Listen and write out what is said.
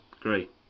Great